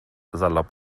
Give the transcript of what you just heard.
salopp